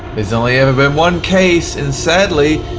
there's only ever been one case, and sadly,